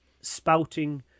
spouting